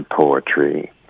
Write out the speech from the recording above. poetry